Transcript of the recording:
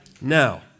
Now